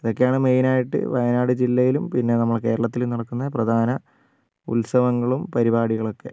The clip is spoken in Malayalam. ഇതൊക്കെയാണ് മെയിൻ ആയിട്ട് വയനാട് ജില്ലയിലും പിന്നെ നമ്മടെ കേരളത്തിലും നടക്കുന്ന പ്രധാന ഉത്സവങ്ങളും പരിപാടികളൊക്കെ